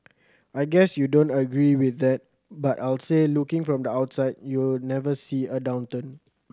I guess you don't agree with that but I'll say looking from the outside you never see a downturn